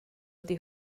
ydy